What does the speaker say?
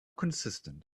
consistent